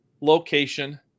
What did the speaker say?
location